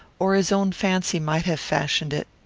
or his own fancy might have fashioned it.